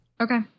Okay